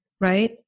Right